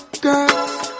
Girl